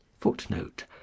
footnote